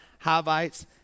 Havites